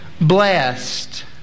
blessed